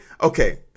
okay